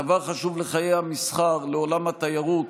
הדבר חשוב לחיי המסחר, לעולם התיירות